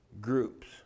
groups